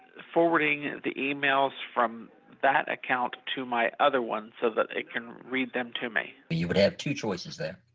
forwarding the emails from that account to my other ones so that they can read them to me? you would have two choices there.